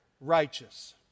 righteous